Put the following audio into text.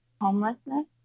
homelessness